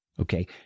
okay